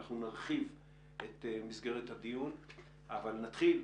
אנחנו נרחיב את מסגרת הדיון אבל נתחיל,